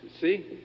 See